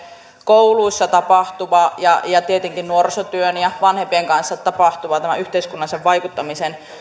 kouluissa ja ja tietenkin nuorisotyön ja vanhempien kanssa tapahtuva yhteiskunnallisen vaikuttamisen